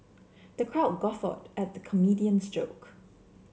the crowd guffawed at the comedian's joke